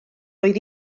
oedd